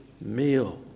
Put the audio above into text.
meal